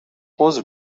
عذر